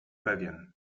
pewien